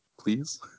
please